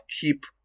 keep